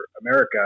America